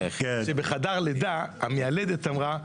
שבחדר לידה המיילדת אמרה,